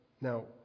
Now